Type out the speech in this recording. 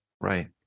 Right